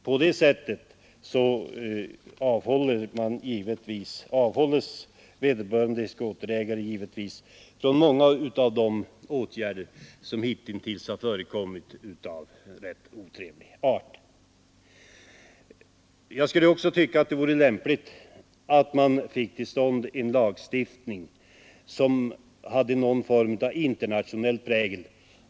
På det sättet avhålls nog vederbörande skoterägare från många åtgärder av rätt otrevlig art som hittills förekommit. Jag tycker också att det skulle vara lämpligt att man fick till stånd en lagstiftning med någon form av internationell prägel.